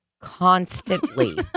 constantly